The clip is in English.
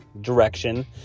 direction